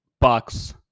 Bucks